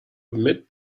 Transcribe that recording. admit